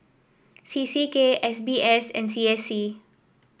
C C K S B S and C S C